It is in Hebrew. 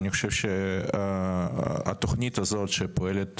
אני חושב שהתוכנית הזאת שפועלת,